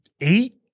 eight